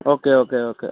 okay okay okay